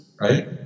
Right